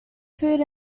food